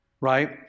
Right